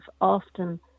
often